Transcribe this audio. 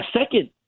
Second